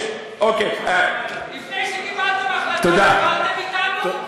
לפני שקיבלתם החלטה, דיברתם אתנו?